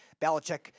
Belichick